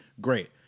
great